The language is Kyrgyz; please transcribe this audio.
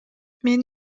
мен